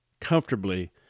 comfortably